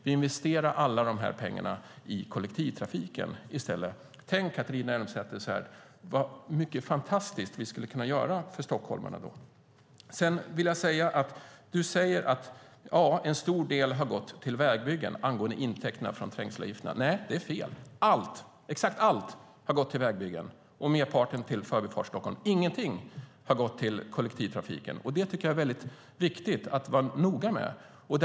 Vi investerar alla dessa pengar i kollektivtrafiken i stället. Tänk, Catharina Elmsäter-Svärd, vad mycket fantastiskt vi skulle kunna göra för stockholmarna då! Du säger angående intäkterna från trängselavgifterna att en stor del har gått vill vägbyggen. Nej, det är fel. Exakt allt har gått till vägbyggen, och merparten till Förbifart Stockholm. Ingenting har gått till kollektivtrafiken. Det är väldigt viktigt att vara noga med det.